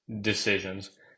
decisions